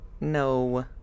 no